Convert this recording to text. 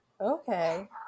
Okay